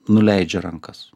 nuleidžia rankas